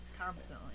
Constantly